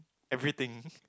everything